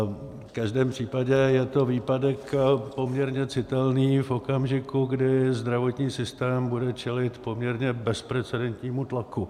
V každém případě je to výpadek poměrně citelný v okamžiku, kdy zdravotní systém bude čelit poměrně bezprecedentnímu tlaku.